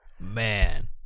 man